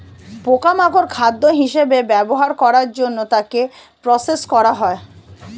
পোকা মাকড় খাদ্য হিসেবে ব্যবহার করার জন্য তাকে প্রসেস করা হয়